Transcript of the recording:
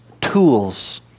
tools